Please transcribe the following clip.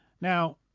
Now